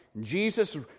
Jesus